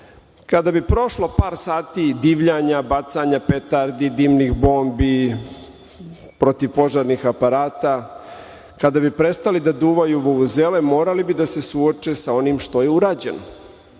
kada bi prošlo par sati divljanja, bacanja petardi, dimnih bombi, protivpožarnih aparata, kada bi prestali da duvaju u vuvuzele, morali bi da se suoče sa onim što je urađeno.